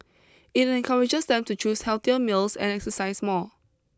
it encourages them to choose healthier meals and exercise more